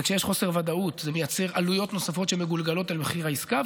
וכשיש חוסר ודאות זה מייצר עלויות נוספות שמגולגלות על מחיר העסקה,